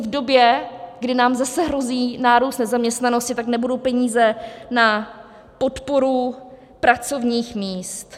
V době, kdy nám zase hrozí nárůst nezaměstnanosti, nebudou peníze na podporu pracovních míst.